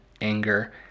anger